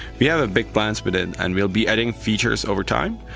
we have big plans with it and we'll be adding features over time,